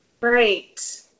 Right